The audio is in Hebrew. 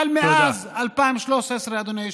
אבל מאז 2013, אדוני היושב-ראש,